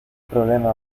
problema